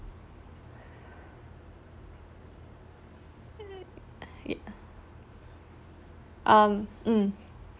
yup um mm